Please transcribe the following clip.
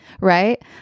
right